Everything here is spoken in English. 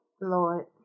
Lord